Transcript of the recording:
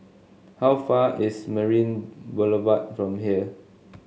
how far is Marina Boulevard from here